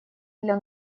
для